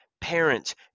parents